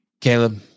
Caleb